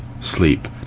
sleep